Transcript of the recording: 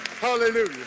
Hallelujah